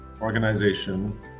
organization